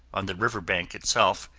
on the river bank itself,